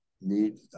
need